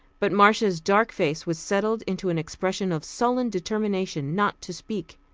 but marcia's dark face was settled into an expression of sullen determination not to speak.